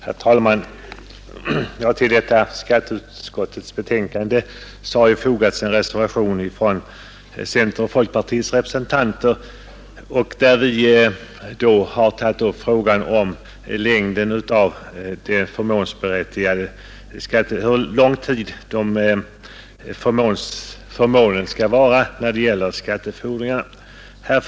Herr talman! Till skatteutskottets betänkande har fogats en reservation från centerns och folkpartiets reservanter. I denna reservation tas upp frågan om hur lång tid förmånen skall gälla för skattefordringar.